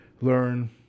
learn